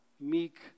Meek